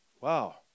Wow